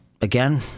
Again